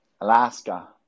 Alaska